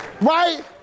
Right